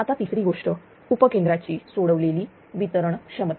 आत्ता तिसरी गोष्ट उपकेंद्राची सोडलेली वितरण क्षमता